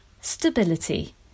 stability